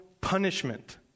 punishment